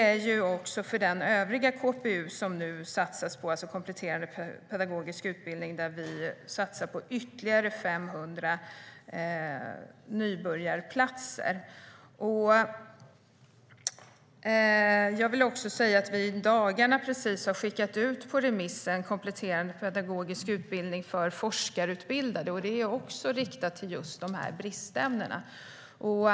Det är också för den övriga KPU, det vill säga kompletterande pedagogisk utbildning, som vi nu satsar på, och vi satsar på ytterligare 500 nybörjarplatser. Jag vill också säga att vi precis i dagarna har skickat ut på remiss ett förslag om en kompletterande pedagogisk utbildning för forskarutbildade. Det är också riktat till just bristämnena.